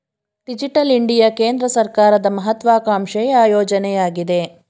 digital India ಕೇಂದ್ರ ಸರ್ಕಾರದ ಮಹತ್ವಾಕಾಂಕ್ಷೆಯ ಯೋಜನೆಯಗಿದೆ